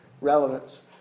relevance